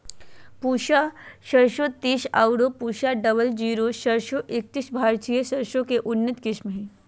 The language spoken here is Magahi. पूसा सरसों तीस आरो पूसा डबल जीरो सरसों एकतीस भारतीय सरसों के उन्नत किस्म हय